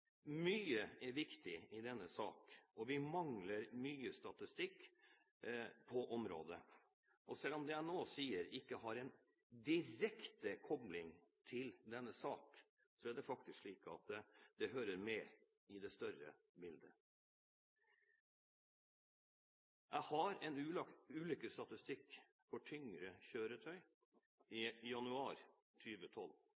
Mye er viktig i denne saken, og vi mangler mye statistikk på området. Og selv om det jeg nå sier ikke har en direkte kobling til denne saken, er det faktisk slik at det hører med i det større bildet. Jeg har en ulykkesstatistikk for tyngre kjøretøy